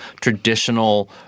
traditional